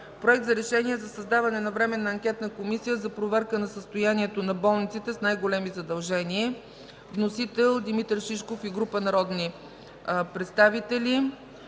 Проект за решение за създаване на Временна анкетна комисия за проверка на състоянието на болниците с най-големи задължения. Вносители – Димитър Шишков и група народни представители.